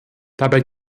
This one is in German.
dabei